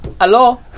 Hello